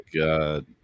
god